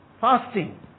fasting